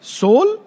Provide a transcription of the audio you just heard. soul